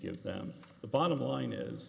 give them the bottom line is